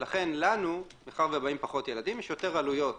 ולכן, לנו, מאחר ובאים פחות ילדים, יש יותר עלויות